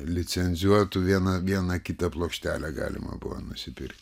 licencijuotų viena vieną kitą plokštelę galima buvo nusipirkti